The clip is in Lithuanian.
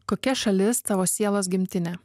kokia šalis tavo sielos gimtinė